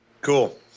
Cool